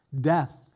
Death